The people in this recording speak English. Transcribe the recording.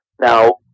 Now